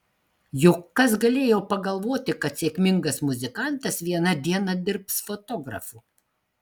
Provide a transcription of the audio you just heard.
juk kas galėjo pagalvoti kad sėkmingas muzikantas vieną dieną dirbs fotografu